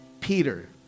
Peter